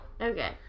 Okay